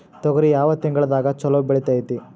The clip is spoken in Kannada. ತೊಗರಿ ಯಾವ ತಿಂಗಳದಾಗ ಛಲೋ ಬೆಳಿತೈತಿ?